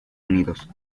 unidos